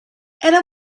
era